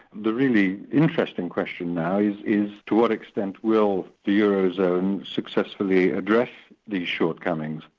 the really interesting question now is is to what extent will the eurozone successfully address these shortcomings,